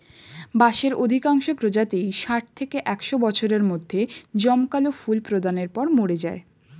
বাঁশের অধিকাংশ প্রজাতিই ষাট থেকে একশ বছরের মধ্যে জমকালো ফুল প্রদানের পর মরে যায়